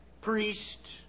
Priest